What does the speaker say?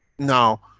now,